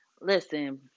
Listen